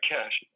Cash